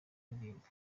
aririmba